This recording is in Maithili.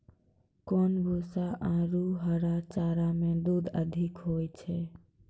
कोन भूसा आरु हरा चारा मे दूध अधिक होय छै?